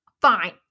fine